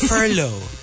Furlough